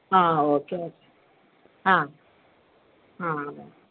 ആ okay okay ആ ആ